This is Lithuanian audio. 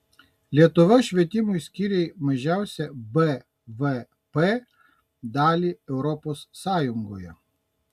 lietuva švietimui skiria mažiausią bvp dalį europos sąjungoje